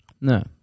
No